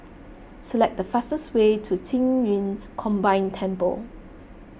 select the fastest way to Qing Yun Combined Temple